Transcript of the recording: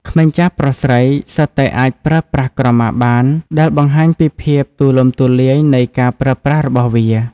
ក្មេង ចាស់ ប្រុស ស្រី សុទ្ធតែអាចប្រើប្រាស់ក្រមាបាន ដែលបង្ហាញពីភាពទូលំទូលាយនៃការប្រើប្រាស់របស់វា។